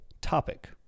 topic